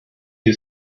you